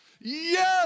Yes